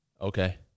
okay